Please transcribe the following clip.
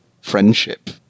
friendship